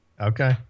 Okay